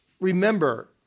remember